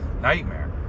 nightmare